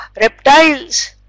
reptiles